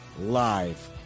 live